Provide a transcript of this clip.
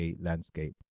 landscape